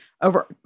over